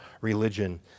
religion